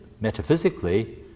metaphysically